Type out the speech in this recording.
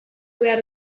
behar